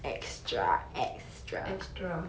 extra